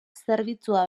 zerbitzua